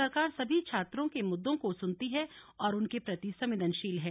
सरकार सभी छात्रों के मुद्दों को सुनती है और उनके प्रति संवेदनशील है